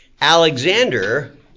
Alexander